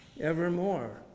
evermore